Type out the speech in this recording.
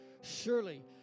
surely